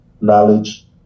knowledge